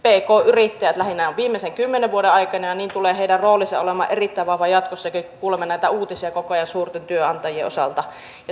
pk yrittäjät lähinnä viimeisen kymmenen vuoden aikana ja heidän roolinsa tulee olemaan erittäin vahva jatkossakin kun kuulemme näitä uutisia koko ajan suurten työnantajien osalta